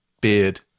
beard